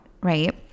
right